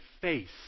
face